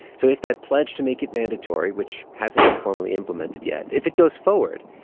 so if that pledge to make it mandatory, which hasn't been formally implemented yet, if it goes forward,